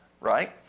right